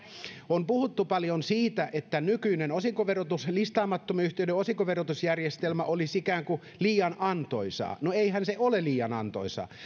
on puhuttu paljon siitä että nykyinen listaamattomien yhtiöiden osinkoverotusjärjestelmä olisi ikään kuin liian antoisa no eihän se ole liian antoisa jos